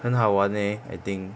很好玩 leh I think